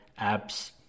apps